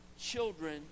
children